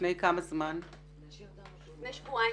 לפני שבועיים.